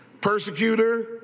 persecutor